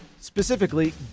Specifically